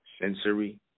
sensory